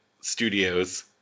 studios